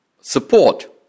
support